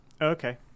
Okay